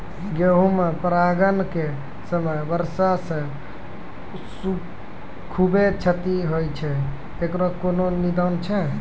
गेहूँ मे परागण के समय वर्षा से खुबे क्षति होय छैय इकरो कोनो निदान छै?